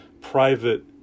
private